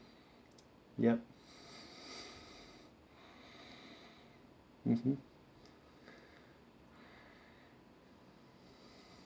yup mmhmm